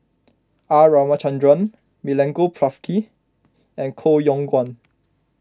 R Ramachandran Milenko Prvacki and Koh Yong Guan